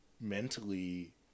mentally